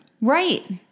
Right